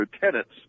tenants